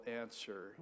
answer